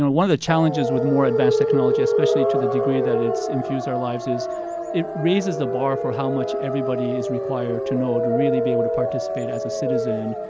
one of challenges with more advanced technology, especially to the degree that it's infused our lives is it raises the bar for how much everybody is required to know, to really be able to participate as a citizen,